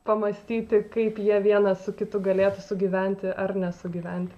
pamąstyti kaip jie vienas su kitu galėtų sugyventi ar nesugyventi